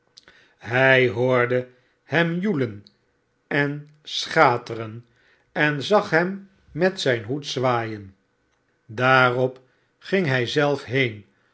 hij hoorde hem joelen en schateren en zag hem met zijn hoed zwaaien daarop ging hij